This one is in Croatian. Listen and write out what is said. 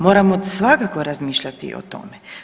Moramo svakako razmišljati o tome.